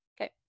Okay